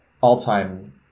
all-time